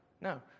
no